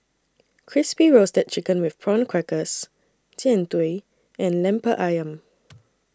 Crispy Roasted Chicken with Prawn Crackers Jian Dui and Lemper Ayam